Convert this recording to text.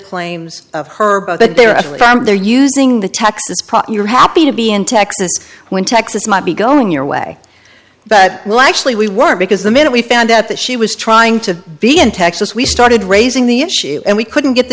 claims of her but there are times they're using the texas prop you're happy to be in texas when texas might be going your way but well actually we were because the minute we found out that she was trying to be in texas we started raising the issue and we couldn't get the